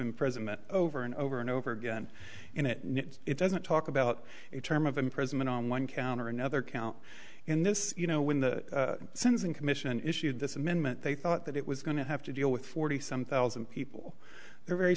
imprisonment over and over and over again in it it doesn't talk about it term of imprisonment on one count or another count in this you know when the sins and commission issued this amendment they thought that it was going to have to deal with forty some thousand people they're very